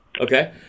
Okay